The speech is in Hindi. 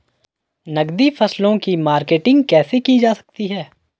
नकदी फसलों की मार्केटिंग कैसे की जा सकती है?